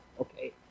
Okay